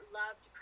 loved